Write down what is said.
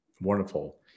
Wonderful